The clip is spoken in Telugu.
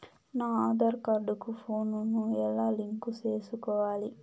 నా ఆధార్ కార్డు కు ఫోను ను ఎలా లింకు సేసుకోవాలి?